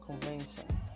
Convention